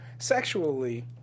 sexually